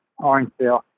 Orangeville